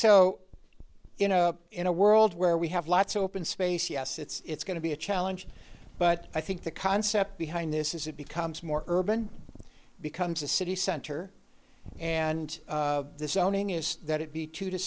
so you know in a world where we have lots of open space yes it's going to be a challenge but i think the concept behind this is it becomes more urban becomes a city center and the zoning is that it be two to